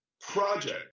project